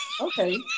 okay